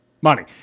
Money